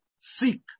Seek